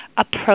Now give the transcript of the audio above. approach